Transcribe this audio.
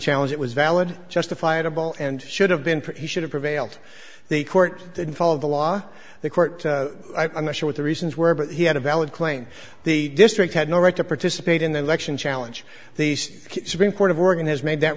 challenge it was valid justifiable and should have been pretty should have prevailed the court didn't follow the law the court i'm not sure what the reasons were but he had a valid claim the district had no right to participate in the election challenge the supreme court of oregon has made that